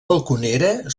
balconera